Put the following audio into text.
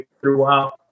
throughout